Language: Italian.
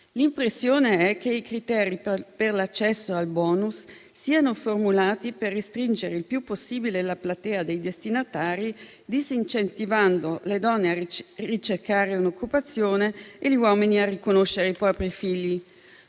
L'impressione è che i criteri per l'accesso al *bonus* siano formulati per restringere il più possibile la platea dei destinatari, disincentivando le donne a ricercare un'occupazione e gli uomini a riconoscere i propri figli.